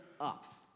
up